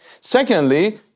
Secondly